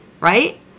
right